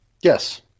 Yes